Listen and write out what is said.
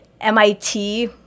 mit